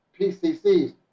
PCCs